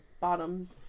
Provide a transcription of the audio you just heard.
bottom